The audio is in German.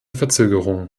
verzögerung